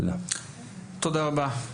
תודה רבה.